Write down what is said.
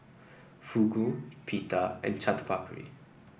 Fugu Pita and Chaat Papri